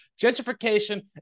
Gentrification